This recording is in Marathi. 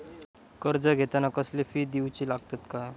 कर्ज घेताना कसले फी दिऊचे लागतत काय?